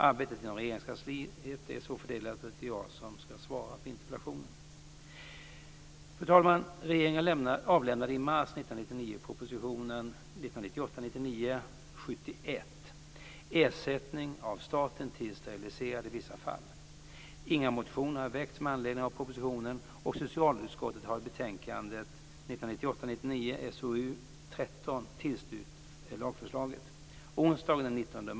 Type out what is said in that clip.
Arbetet inom Regeringskansliet är så fördelat att det är jag som skall svara på interpellationen.